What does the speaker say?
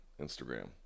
Instagram